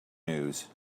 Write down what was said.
news